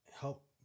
help